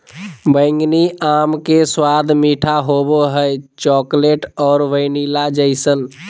बैंगनी आम के स्वाद मीठा होबो हइ, चॉकलेट और वैनिला जइसन